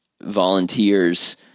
volunteers